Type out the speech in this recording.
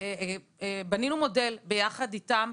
בנינו מודל יחד איתם.